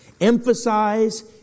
Emphasize